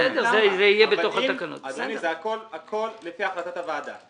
זה הכל לפי החלטת הוועדה.